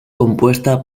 compuesta